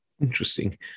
Interesting